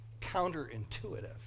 counterintuitive